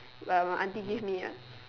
my my auntie give me one